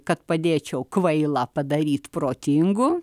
kad padėčiau kvailą padaryt protingu